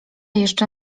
jeszcze